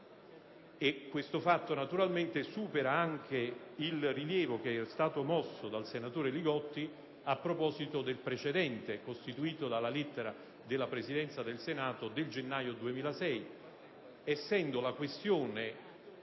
prevista. Ciò, naturalmente, supera anche il rilievo mosso dal senatore Li Gotti a proposito del precedente costituito dalla lettera della Presidenza del Senato del gennaio 2006, essendo la questione